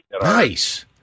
Nice